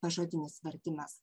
pažodinis vertimas